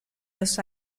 los